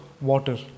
Water